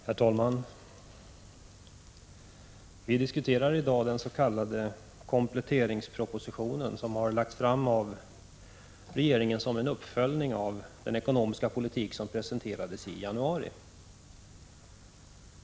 Herr talman! Vi diskuterar i dag den s.k. kompletteringspropositionen som lagts fram av regeringen som en uppföljning av den ekonomiska politik som presenterades i januari.